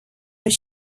were